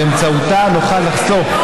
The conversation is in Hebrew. נוכל באמצעותה לחסוך,